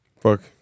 Fuck